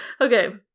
Okay